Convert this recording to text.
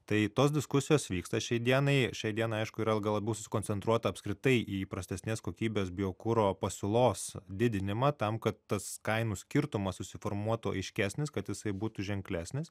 tai tos diskusijos vyksta šiai dienai šiai dienai aišku yra gal labiau sukoncentruota apskritai į prastesnės kokybės biokuro pasiūlos didinimą tam kad tas kainų skirtumas susiformuotų aiškesnis kad jisai būtų ženklesnis